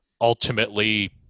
ultimately